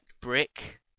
brick